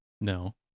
no